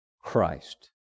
Christ